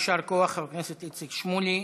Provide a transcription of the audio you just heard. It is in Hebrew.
יישר כוח, חבר הכנסת איציק שמולי.